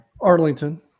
arlington